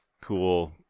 cool